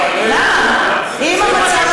סליחה, אדוני השר